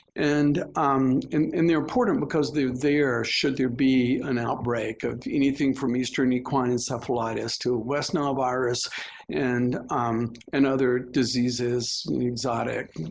and um and and they're important because there should there be an outbreak of anything from eastern equine encephalitis to west nile virus and and other diseases, exotic,